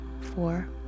four